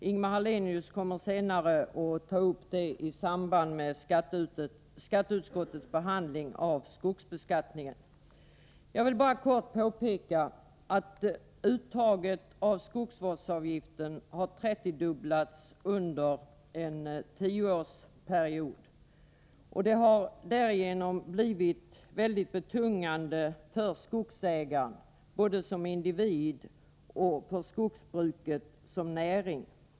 Ingemar Hallenius kommer senare att ta upp den frågan i samband med behandlingen av skatteutskottets betänkande om skogsbeskattningen. Jag vill bara kortfattat påpeka att uttaget av skogsvårdsavgift har trettiodubblats under en tioårsperiod. Avgiften har därigenom blivit mycket betungande både för skogsägaren som individ och för skogsbruket som näring.